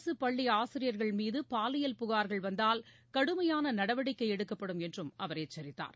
அரசுப் பள்ளி ஆசிரியர்கள் மீது பாலியல் புகார்கள் வந்தால் கடுமையான நடவடிக்கைகள் எடுக்கப்படும் என்றும் அவர் எச்சரித்தார்